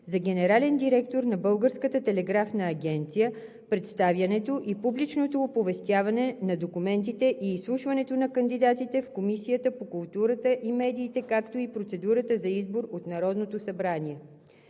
за генерален директор на Българската телеграфна агенция, представянето и публичното оповестяване на документите и изслушването на кандидатите в Комисията по културата и медиите, както и процедурата за избор от Народното събрание